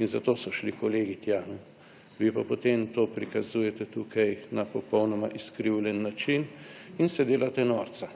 in zato so šli kolegi tja, vi pa potem to prikazujete tukaj na popolnoma izkrivljen način in se delate norca.